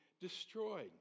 destroyed